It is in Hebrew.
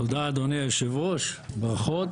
תודה, אדוני היושב ראש, ברכות.